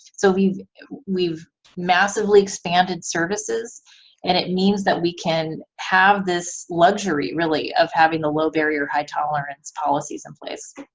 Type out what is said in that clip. so we've we've massively expanded services and it means that we can have this luxury really of having the low barrier, high tolerance policies in place.